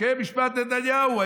משפט נתניהו.